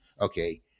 okay